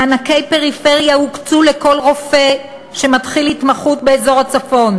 מענקי פריפריה הוקצו לכל רופא שמתחיל התמחות באזור הצפון,